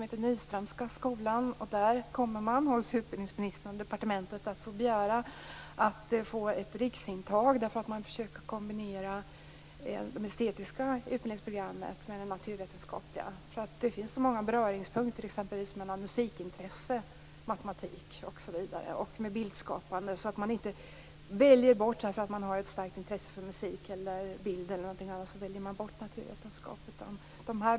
Där kommer man att hos utbildningsministern och departementet begära att få ett riksintag. Man försöker kombinera det estetiska utbildningsprogrammet med det naturvetenskapliga. Det finns många beröringspunkter exempelvis mellan musikintresse, bildskapande och matematik. Det innebär att man inte behöver välja bort ett naturvetenskapligt ämne därför att man har ett starkt intresse för musik, bild eller någonting annat.